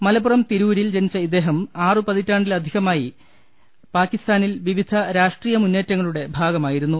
മല പ്പുറം തിരൂരിൽ ജനിച്ച ഇദ്ദേഹം ആറു പതിറ്റാണ്ടിലധികമായി പാകിസ്താ നിൽ വിവിധ രാഷ്ട്രീയ മുന്നേറ്റങ്ങളുടെ ഭാഗമായിരുന്നു